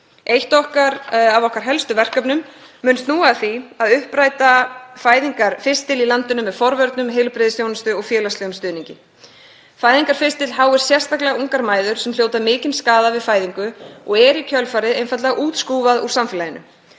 Eitt af okkar helstu verkefnum mun snúa að því að uppræta fæðingarfistil í landinu með forvörnum, heilbrigðisþjónustu og félagslegum stuðningi. Fæðingarfistill háir sérstaklega ungum mæðrum sem hljóta mikinn skaða við fæðingu og er í kjölfarið einfaldlega útskúfað úr samfélaginu.